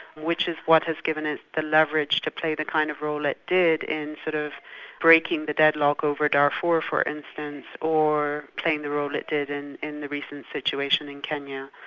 which is what has given us the leverage to play the kind of role it did in sort of breaking the deadlock over darfur, for instance, or playing the role it did in in the recent situation in kenya.